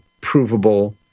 provable